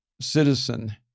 citizen